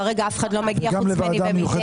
כרגע אף אחד לא מגיע חוץ ממני ומדבי.